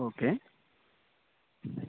okay